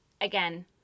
again